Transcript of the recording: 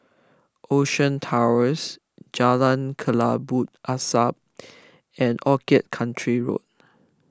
Ocean Towers Jalan Kelabu Asap and Orchid Country Road